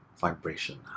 vibration